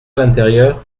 l’intérieur